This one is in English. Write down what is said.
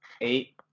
eight